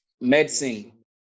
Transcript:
Medicine